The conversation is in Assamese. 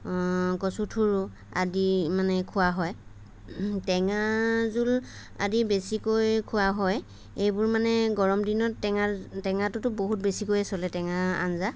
কচুঠুৰো আদি মানে খোৱা হয় টেঙা জোল আদি বেছিকৈ খোৱা হয় এইবোৰ মানে গৰম দিনত টেঙা টেঙাটোতো বহুত বেছিকৈ চলে টেঙা আঞ্জা